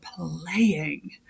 playing